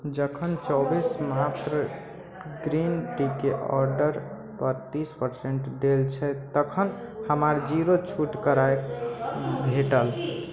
जखन चौबीस मात्र ग्रीन टीके ऑर्डर पर तीस परसेंट देल छै तखन हमार जीरो छूट करै भेटल